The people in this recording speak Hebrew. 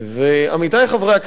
ועמיתי חברי הכנסת,